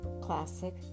classic